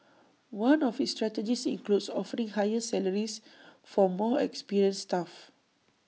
one of its strategies includes offering higher salaries for more experienced staff